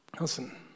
Listen